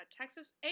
Texas